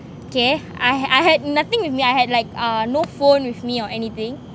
okay I had I had nothing with me I had like uh no phone with me or anything